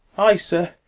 ay, sir,